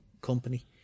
company